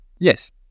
Yes